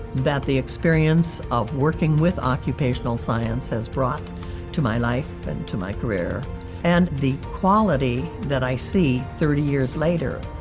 that the experience of working with occupational science has brought to my life and to my career and the quality that i see thirty years later,